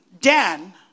Dan